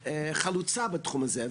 כחלוצה בתחום הזה,